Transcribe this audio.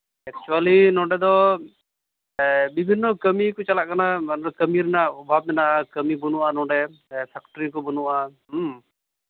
ᱮᱠᱪᱩᱞᱤ ᱱᱚᱸᱰᱮ ᱫᱚ ᱵᱤᱵᱷᱤᱱᱱᱚ ᱠᱟᱹᱢᱤ ᱠᱚ ᱪᱟᱞᱟᱜ ᱠᱟᱱᱟ ᱠᱟᱹᱢᱤ ᱨᱮᱱᱟᱜ ᱚᱵᱷᱟᱵ ᱢᱮᱱᱟᱜᱼᱟ ᱠᱟᱹᱢᱤ ᱵᱟᱹᱱᱩᱜᱼᱟ ᱱᱚᱸᱰᱮ ᱯᱷᱮᱠᱴᱨᱤ ᱠᱚ ᱵᱟᱹᱱᱩᱜᱼᱟ